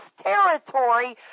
territory